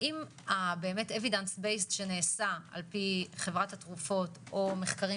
האם ה- evidence based שנעשה על-ידי חברת התרופות או מחקרים